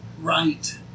Right